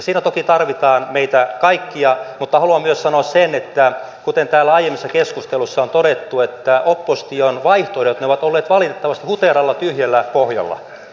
siinä toki tarvitaan meitä kaikkia mutta haluan myös sanoa sen että kuten täällä aiemmissa keskusteluissa on todettu opposition vaihtoehdot ovat olleet valitettavasti huteralla tyhjällä pohjalla